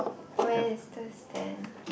where is the stand